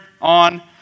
on